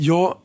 Jag